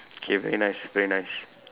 K very nice very nice